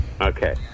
okay